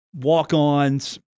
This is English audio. walk-ons